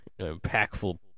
impactful